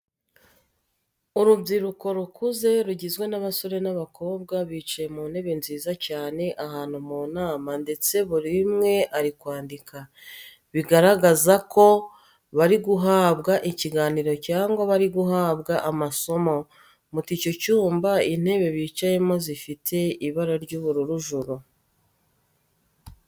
Urubyiruko rukuze rugizwe n'abasore n'abakobwa bicaye mu ntebe nziza cyane ahantu mu nama ndetse buri umwe ari kwandika, bigaragaza ko bari guhabwa ikiganiro cyangwa bari guhabwa amasomo. Muti icyo cyumba intebe bicayeho zifite ibara ry'ubururu juru.